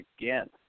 again